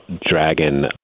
dragon